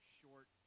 short